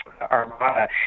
armada